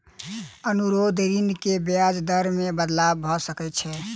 अनुरोध ऋण के ब्याज दर मे बदलाव भ सकै छै